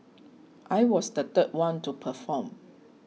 I was the third one to perform